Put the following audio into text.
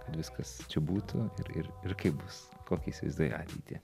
kad viskas būtų ir ir ir kaip bus kokią įsivaizduoji ateitį